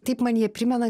taip man jie primena